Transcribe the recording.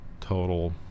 total